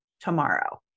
tomorrow